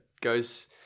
goes